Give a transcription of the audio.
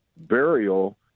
burial